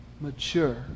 mature